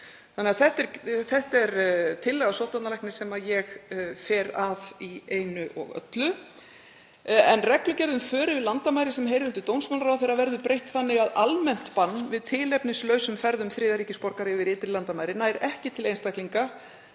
vottorða.“ Þetta er tillaga sóttvarnalæknis sem ég fer að í einu og öllu. Reglugerð um för yfir landamæri sem heyrir undir dómsmálaráðherra verður breytt þannig að almennt bann við tilefnislausum ferðum þriðja ríkisborgara yfir ytri landamæri nær ekki til einstaklinga